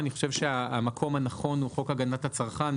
אני חושב שהמקום הנכון הוא חוק הגנת הצרכן,